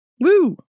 Woo